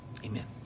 Amen